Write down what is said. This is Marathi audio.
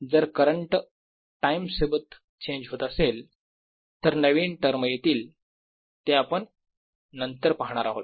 जर करंट टाईम सोबत चेंज होत असेल तर नवीन टर्म येतील ते आपण नंतर पाहणार आहोत